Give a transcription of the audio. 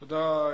תודה.